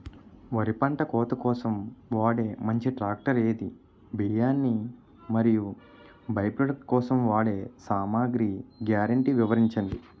వరి పంట కోత కోసం వాడే మంచి ట్రాక్టర్ ఏది? బియ్యాన్ని మరియు బై ప్రొడక్ట్ కోసం వాడే సామాగ్రి గ్యారంటీ వివరించండి?